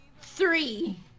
Three